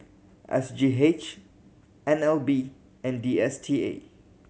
S G H N L B and D S T A